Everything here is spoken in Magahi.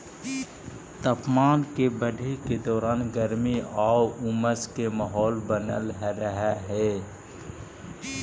तापमान के बढ़े के दौरान गर्मी आउ उमस के माहौल बनल रहऽ हइ